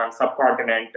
subcontinent